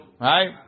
Right